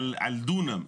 על דונם,